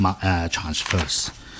transfers